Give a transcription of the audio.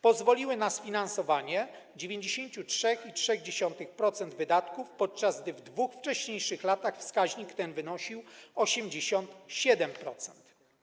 Pozwoliły na sfinansowanie 93,3% wydatków, podczas gdy w dwóch wcześniejszych latach wskaźnik ten wynosił 87%.